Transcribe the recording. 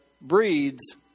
breeds